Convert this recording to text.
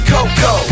Coco